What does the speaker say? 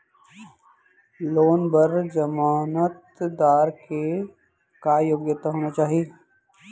Loan बर जमानतदार के का योग्यता होना चाही?